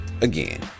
Again